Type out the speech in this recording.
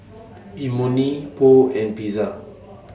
Imoni Pho and Pizza